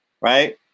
right